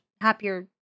happier